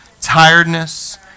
tiredness